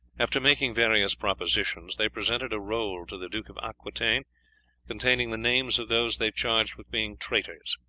after making various propositions they presented a roll to the duke of aquitaine containing the names of those they charged with being traitors.